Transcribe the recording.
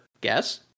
guess